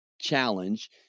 challenge